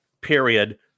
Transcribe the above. period